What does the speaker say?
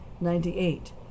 Ninety-eight